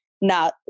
Now